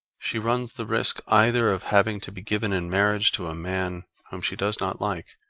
she runs the risk either of having to be given in marriage to a man whom she does not like,